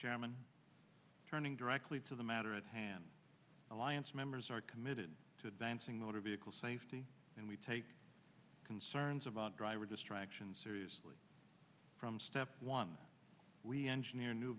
chairman turning directly to the matter at hand alliance members are committed to advancing motor vehicle safety and we take concerns about driver distraction seriously from step one we engineer new